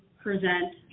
present